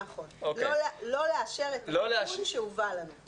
נכון, לא לאשר את התיקון שהובא לנו.